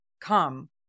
come